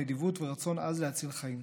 נדיבות ורצון עז להציל חיים.